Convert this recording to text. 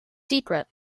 secret